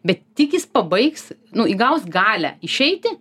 bet tik jis pabaigs nu įgaus galią išeiti